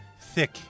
thick